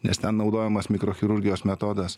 nes ten naudojamas mikrochirurgijos metodas